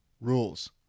rules